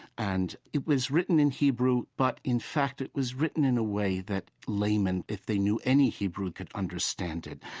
and it was written in hebrew but, in fact, it was written in a way that laymen, if they knew any hebrew, could understand it.